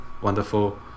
wonderful